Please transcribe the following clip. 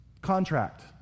contract